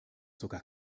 sogar